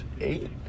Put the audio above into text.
Eight